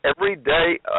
everyday